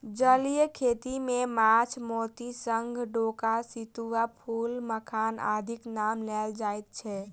जलीय खेती मे माछ, मोती, शंख, डोका, सितुआ, फूल, मखान आदिक नाम लेल जाइत छै